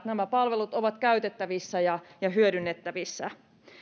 nämä palvelut ovat käytettävissä ja ja hyödynnettävissä